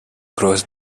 cross